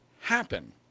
happen